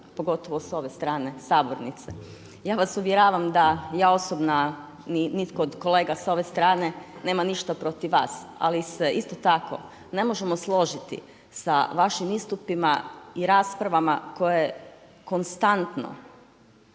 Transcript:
pogotovo s ove strane sabornice. Ja vas uvjeravam da ja osobno, a ni itko od kolega s ove strane nema ništa protiv vas. Ali se isto tako ne možemo složiti sa vašim istupima i raspravama koje konstantno